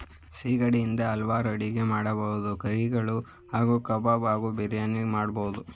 ಸಿಗಡಿ ಇಂದ ಹಲ್ವಾರ್ ಅಡಿಗೆ ಮಾಡ್ಬೋದು ಕರಿಗಳು ಹಾಗೂ ಕಬಾಬ್ ಹಾಗೂ ಬಿರಿಯಾನಿ ಮಾಡ್ಬೋದು